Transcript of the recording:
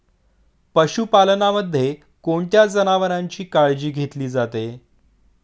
पशुपालनामध्ये कोणत्या जनावरांची काळजी घेतली जाते?